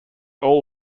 all